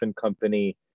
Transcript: Company